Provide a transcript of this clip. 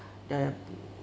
the